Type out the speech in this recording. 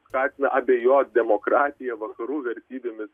skatina abejot demokratija vakarų vertybėmis